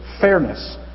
Fairness